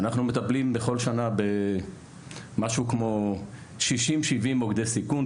אנחנו מטפלים בכל שנה במשהו כמו 60-70 מוקדי סיכון,